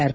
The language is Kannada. ಆರ್